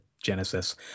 Genesis